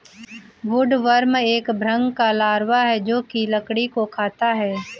woodworm एक भृंग का लार्वा है जो की लकड़ी को खाता है